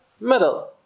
middle